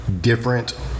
different